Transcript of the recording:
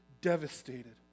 devastated